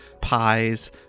pies